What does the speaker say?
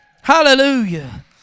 Hallelujah